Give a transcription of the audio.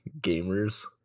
gamers